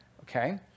okay